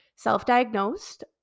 self-diagnosed